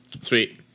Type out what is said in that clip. Sweet